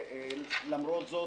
ולמרות זאת,